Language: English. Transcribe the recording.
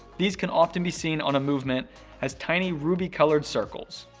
these can often be seen on a movement as tiny ruby colored circles.